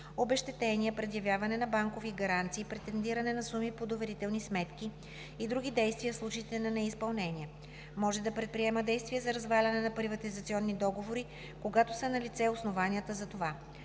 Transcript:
обезщетения, предявяване на банкови гаранции, претендиране на суми по доверителни сметки и други действия в случаите на неизпълнение; може да предприема действия за разваляне на приватизационните договори, когато са налице основанията за това;